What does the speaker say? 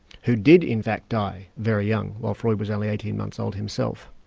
who did in fact die very young, while freud was only eighteen months old himself,